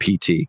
PT